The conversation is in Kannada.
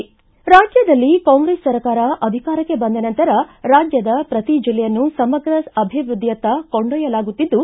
ರಾಜ್ಯದಲ್ಲಿ ಕಾಂಗ್ರೆಸ್ ಸರ್ಕಾರ ಅಧಿಕಾರಕ್ಕೆ ಬಂದ ನಂತರ ರಾಜ್ಯದ ಶ್ರತಿ ಜಿಲ್ಲೆಯನ್ನು ಸಮಗ್ರ ಅಭಿವೃದ್ಧಿಯತ್ತ ಕೊಂಡೊಯ್ಯಲಾಗುತ್ತಿದ್ದು